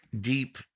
deep